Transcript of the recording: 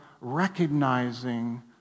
recognizing